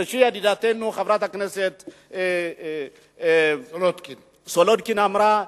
כפי שידידתנו חברת הכנסת סולודקין אמרה,